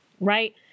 right